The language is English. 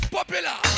Popular